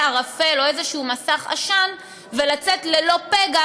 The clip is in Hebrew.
ערפל או איזה מסך עשן ולצאת ללא פגע,